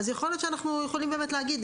אז יכול להיות שאנחנו יכולים להגיד,